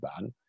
ban